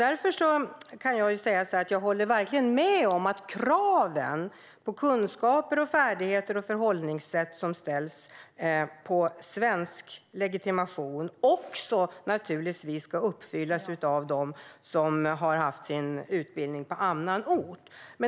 Därför kan jag säga att jag verkligen håller med om att kraven som ställs på kunskaper, färdigheter och förhållningssätt för svensk legitimation också naturligtvis ska uppfyllas av dem som har genomgått sin utbildning på annan ort.